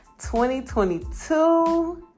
2022